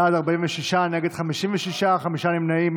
בעד, 46, נגד, 56, חמישה נמנעים.